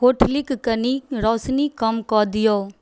कोठलीके कनि रोशनी कम कऽ दिऔ